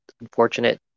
unfortunate